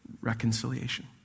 reconciliation